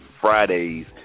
Fridays